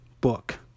book